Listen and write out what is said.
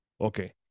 okay